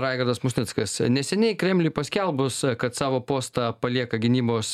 raigardas musnickas neseniai kremliui paskelbus kad savo postą palieka gynybos